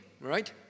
right